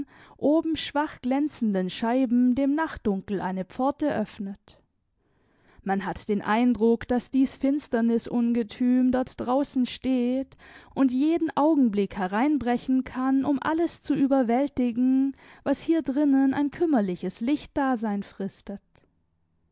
oben schwach glänzenden scheiben dem nachtdunkel eine pforte öffnet man hat den eindruck daß dies finsternis ungetüm dort draußen steht und jeden augenblick hereinbrechen kann um alles zu überwältigen was hier drinnen ein kümmerliches lichtdasein fristet